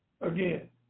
again